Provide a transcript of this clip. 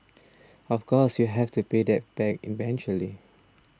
of course you have to pay them back eventually